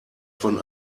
von